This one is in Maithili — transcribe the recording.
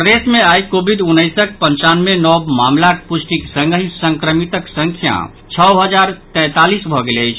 प्रदेश मे आइ कोविड उन्नैसक पंचानवे नव मामिलाक पुष्टिक संगहि संक्रमितक संख्या छओ हजार तैंतालीस भऽ गेल अछि